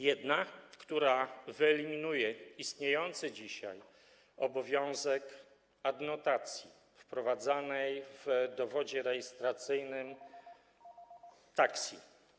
Jedna z nich wyeliminuje istniejący dzisiaj obowiązek adnotacji wprowadzanej w dowodzie rejestracyjnym taksówki.